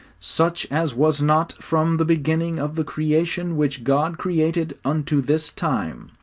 such as was not from the beginning of the creation which god created unto this time.